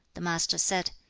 the master said,